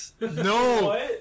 No